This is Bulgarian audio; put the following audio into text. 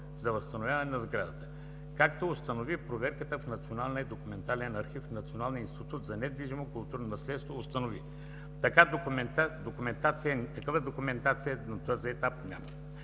за възстановяване на сградата, както установи проверката в Националния документален архив в Националния институт за недвижимо културно наследство. Такава документация на този етап няма.